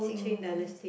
Jing